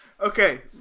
Okay